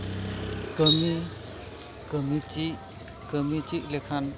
ᱠᱟᱹᱢᱤ ᱠᱟᱹᱢᱤ ᱪᱮᱫ ᱠᱟᱹᱢᱤ ᱪᱮᱫᱞᱮᱠᱟᱱ